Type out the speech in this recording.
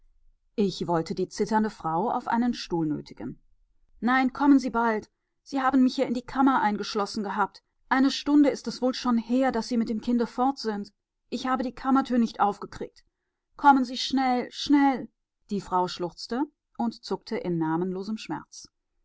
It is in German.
ich wollte die zitternde frau auf einen stuhl nötigen nein kommen sie bald sie haben mich ja in die kammer eingeschlossen gehabt eine stunde ist es wohl schon her daß sie mit dem kinde fort sind ich habe die kammertür nicht aufgekriegt kommen sie schnell schnell die frau schluchzte und zuckte in namenlosem schmerz